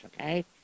okay